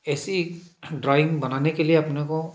ऐसी ड्राइंग बनाने के लिए अपने को